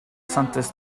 santes